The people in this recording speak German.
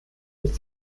ist